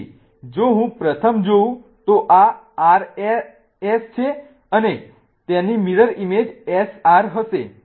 તેથી જો હું પ્રથમ જોઉં તો આ RS છે અને તેની મિરર ઇમેજ SR હશે